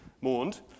mourned